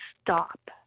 stop